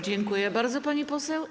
Dziękuję bardzo, pani poseł.